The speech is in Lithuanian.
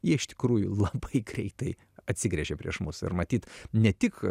jie iš tikrųjų labai greitai atsigręžė prieš mus ir matyt ne tik